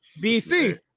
BC